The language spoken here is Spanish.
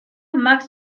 max